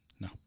No